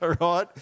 right